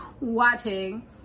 watching